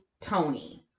Tony